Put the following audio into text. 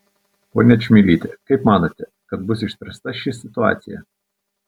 ponia čmilyte kaip manote kad bus išspręsta ši situacija